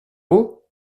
vous